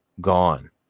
gone